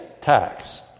tax